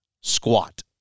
Squat